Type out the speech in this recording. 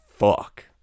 fuck